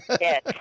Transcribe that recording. yes